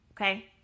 okay